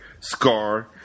Scar